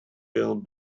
will